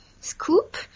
scoop